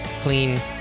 clean